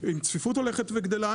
עם צפיפות שהולכת וגדלה,